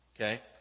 okay